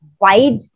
wide